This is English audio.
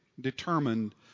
determined